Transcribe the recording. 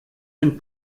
den